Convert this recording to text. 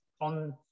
on